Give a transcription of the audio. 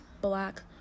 black